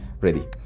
ready